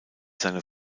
seine